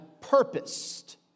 purposed